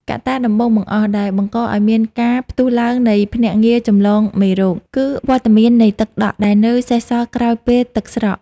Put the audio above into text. កត្តាដំបូងបង្អស់ដែលបង្កឱ្យមានការផ្ទុះឡើងនៃភ្នាក់ងារចម្លងមេរោគ គឺវត្តមាននៃទឹកដក់ដែលនៅសេសសល់ក្រោយពេលទឹកស្រក។